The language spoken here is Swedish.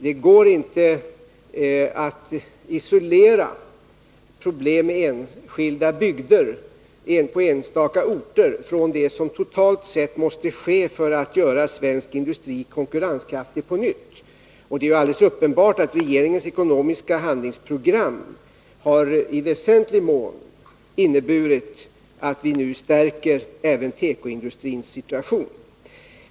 Det går inte att isolera problem i enskilda bygder eller på enstaka orter från det som totalt sett måste ske för att man skall kunna göra svensk industri konkurrenskraftig på nytt. Och det är alldeles uppenbart att regeringens ekonomiska handlingsprogram har inneburit att vi nu i väsentlig mån stärker även tekoindustrins situation.